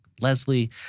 Leslie